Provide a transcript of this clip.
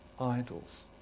idols